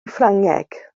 ffrangeg